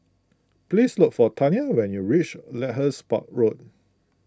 please look for Taina when you reach Lyndhurst Road